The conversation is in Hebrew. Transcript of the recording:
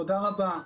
תודה רבה.